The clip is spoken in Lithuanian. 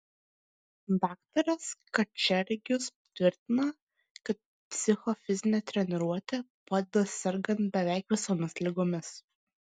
daktaras kačergius tvirtina kad psichofizinė treniruotė padeda sergant beveik visomis ligomis